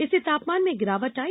इससे तापमान में गिरावट आई